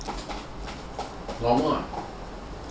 normal [what]